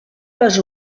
les